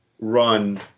run